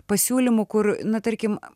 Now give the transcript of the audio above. pasiūlymų kur na tarkim